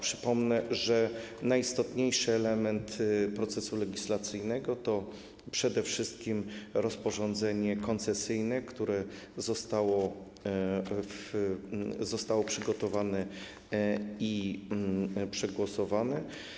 Przypomnę, że najistotniejszy element procesu legislacyjnego to przede wszystkim rozporządzenie koncesyjne, które zostało przygotowane i przegłosowane.